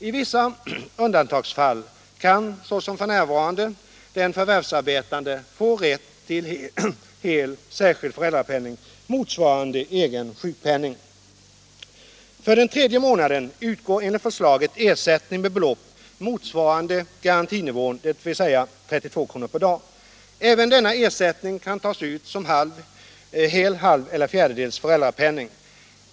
I vis — en, m.m. sa undantagsfall kan såsom f. n. den förvärvsarbetande få rätt till hel särskild föräldrapenning motsvarande egen sjukpenning. För den tredje månaden utgår enligt förslaget ersättning med belopp motsvarande garantinivån, dvs. 32 kr. per dag. Även denna ersättning kan tas ut som hel, halv eller fjärdedels föräldrapenning.